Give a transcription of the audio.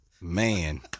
Man